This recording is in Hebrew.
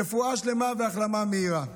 רפואה שלמה והחלמה מהירה.